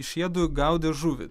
šiedu gaudė žuvį